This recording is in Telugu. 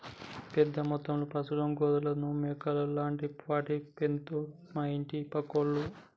పెద్ద మొత్తంలో పశువులను గొర్రెలను మేకలు లాంటి వాటిని పెంచుతండు మా ఇంటి పక్కోళ్లు